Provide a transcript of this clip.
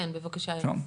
כן, בבקשה ארז,